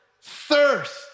thirst